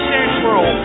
Central